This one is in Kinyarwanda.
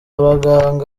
baganga